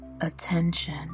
attention